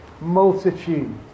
multitude